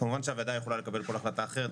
כמובן שהוועדה יכולה לקבל כל החלטה אחרת,